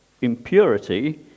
impurity